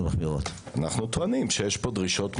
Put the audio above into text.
אנו טוענים שיש פה דרישות מחמירות.